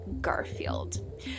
garfield